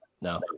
No